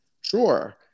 Sure